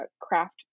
craft